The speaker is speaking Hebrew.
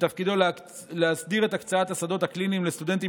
שתפקידו להסדיר את הקצאת השדות הקליניים לסטודנטים